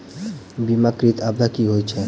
बीमाकृत आपदा की होइत छैक?